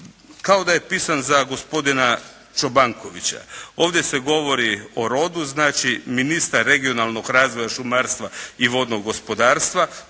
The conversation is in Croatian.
kao da je pisan za gospodina Čobankovića. Ovdje se govori o rodu, znači ministar regionalnog razvoja, šumarstva i vodnog gospodarstva,